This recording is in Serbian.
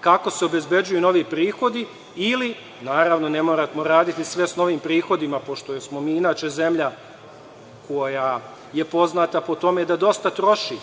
kako se obezbeđuju novi prihodi, ili, naravno, ne moramo raditi sve s novim prihodima, pošto smo mi inače zemlja koja je poznata po tome da dosta troši